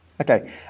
Okay